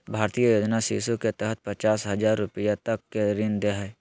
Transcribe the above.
भारतीय योजना शिशु के तहत पचास हजार रूपया तक के ऋण दे हइ